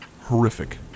horrific